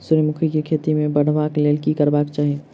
सूर्यमुखी केँ खेती केँ बढ़ेबाक लेल की करबाक चाहि?